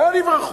לאן יברחו?